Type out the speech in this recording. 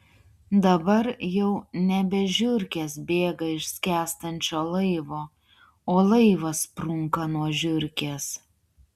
dabar jau nebe žiurkės bėga iš skęstančio laivo o laivas sprunka nuo žiurkės